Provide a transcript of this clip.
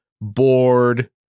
Bored